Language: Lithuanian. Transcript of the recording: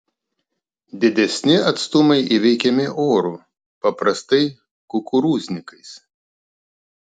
didesni atstumai įveikiami oru paprastai kukurūznikais